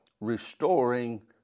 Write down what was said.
restoring